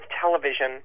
television